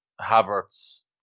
Havertz